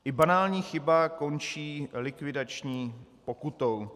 I banální chyba končí likvidační pokutou.